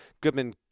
Goodman